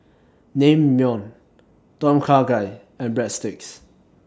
Naengmyeon Tom Kha Gai and Breadsticks